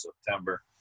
September